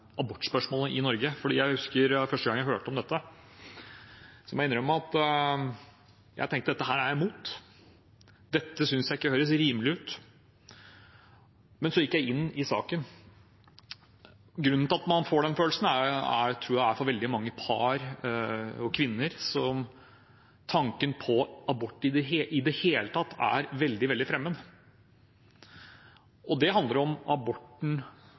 abortspørsmålet i Norge. Jeg husker at da jeg første gang hørte om dette, må jeg innrømme at jeg tenkte at dette er jeg imot, dette synes jeg ikke høres rimelig ut. Men så gikk jeg inn i saken. Grunnen til at man får den følelsen, tror jeg er at for veldig mange par og kvinner er tanken på abort i det hele tatt veldig fremmed. Det handler om abortens og inngrepets natur – at det